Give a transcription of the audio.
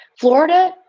Florida